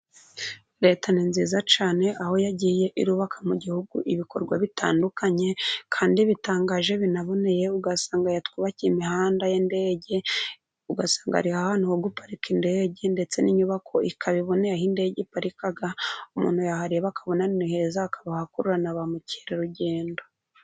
Leta ni nziza cyane aho yagiye irubaka mu gihugu ibikorwa bitandukanye kandi bitangaje binaboneye, ugasanga yatwubakiye imihanda y'indege, ugasanga hariho ahantu ho guparika indege, ndetse n'inyubako ikaba iboneye aho indege iparika umuntu yahareba akabonaani ni heza, akabahakurura na ba mukerarugendo.